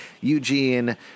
Eugene